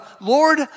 Lord